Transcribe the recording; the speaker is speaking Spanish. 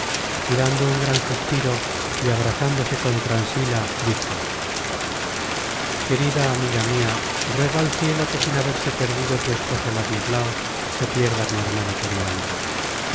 y dando un gran suspiro y abrazándose con transila dijo querida amiga mia ruega al cielo que sin haberse perdido tu esposo ladislao se pierda mi hermano periandro